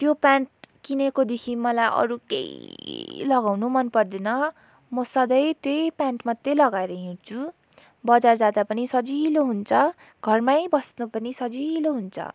त्यो प्यान्ट किनेकोदेखि मलाई अरू केही लगाउनु मनपर्दैन म सधैँ त्यही प्यान्ट मात्रै लगाएर हिँड्छु बजार जाँदा पनि सजिलो हुन्छ घरमै बस्नु पनि सजिलो हुन्छ